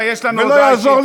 ואל תטיף לי